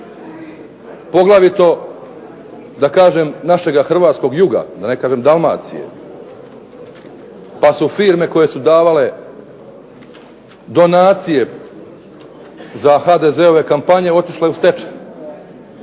poglavito da kažem našega Hrvatskog juga, da ne kažem Dalmacije, pa su firme koje su davale donacije za HDZ-ove kampanje otišle u stečaj.